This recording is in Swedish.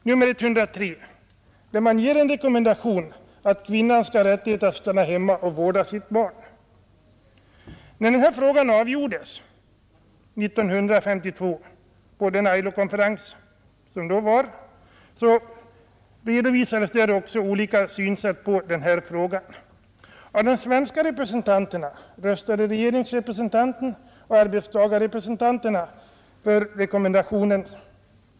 Konventionen ger rekommendationen att kvinnan skall ha rättighet att stanna hemma och vårda sitt barn. När frågan avgjordes år 1952 på denna konferens redovisades också olika synsätt på densamma. Av de svenska representanterna röstade regeringsrepresentanten och arbetstagarrepresentanterna för rekommendationen.